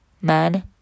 Man